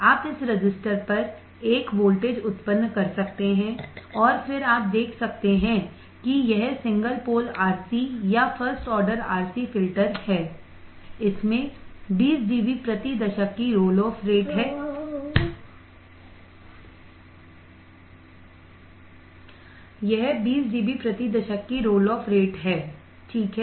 आप इस रजिस्टर पर एक वोल्टेज उत्पन्न कर सकते हैं और फिर आप देख सकते हैं कि यह सिंगल पोल RC या फर्स्ट ऑर्डर RC फ़िल्टर है इसमें 20 डीबी प्रति दशक की रोल ऑफ रेट है यह 20 डीबी प्रति दशक की रोल ऑफ रेट है